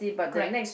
correct